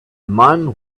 man